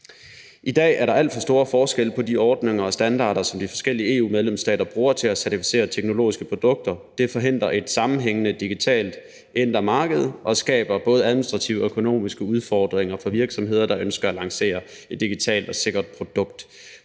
I dag er der alt for store forskelle på de ordninger og standarder, som de forskellige EU-medlemsstater bruger til at certificere teknologiske produkter. Det forhindrer et sammenhængende digitalt indre marked og skaber både administrative og økonomiske udfordringer for virksomheder, der ønsker at lancere et digitalt og sikkert produkt.